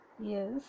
Yes